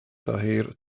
daher